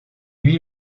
lui